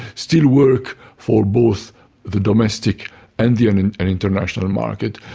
still work for both the domestic and the and and and international and market.